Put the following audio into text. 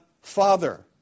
Father